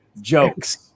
Jokes